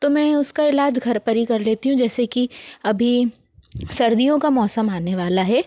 तो मैं उसका इलाज़ घर पर ही कर लेती हूँ जैसे कि अभी सर्दियों का मौसम आने वाला है